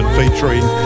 featuring